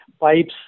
pipes